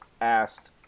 asked